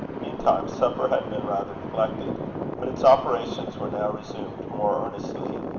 meantime supper had been rather neglected but its operations were now resumed more earnestly,